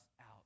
out